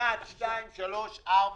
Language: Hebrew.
בסדר, אתה יכול להצביע על סעיף 2. על מה?